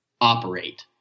operate